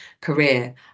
career